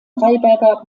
freiberger